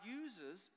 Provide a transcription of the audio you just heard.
uses